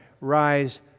rise